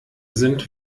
sind